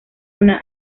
una